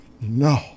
no